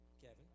Kevin